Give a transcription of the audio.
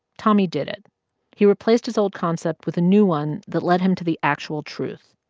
tommy did it he replaced his old concept with a new one that led him to the actual truth.